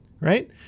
Right